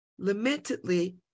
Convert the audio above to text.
Lamentedly